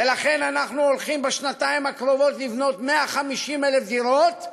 ולכן אנחנו הולכים בשנתיים הקרובות לבנות 150,000 דירות,